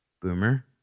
Boomer